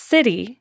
City